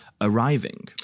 arriving